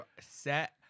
set